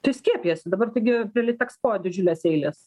tai skiepijasi dabar taigi prie litekspo didžiulės eilės